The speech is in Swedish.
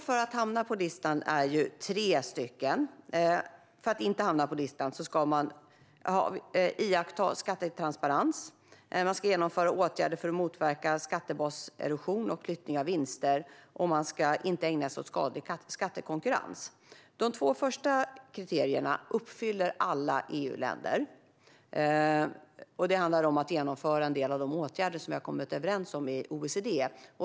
Fru talman! Det finns tre villkor. För att inte hamna på listan ska man för det första iaktta skattetransparens, för det andra vidta åtgärder för att motverka skattebaserosion och flyttning av vinster och för det tredje inte ägna sig åt skadlig skattekonkurrens. De två första kriterierna uppfyller alla EU-länder. Det handlar om att vidta en del av de åtgärder som vi har kommit överens om i OECD.